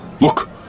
Look